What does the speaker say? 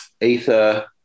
ether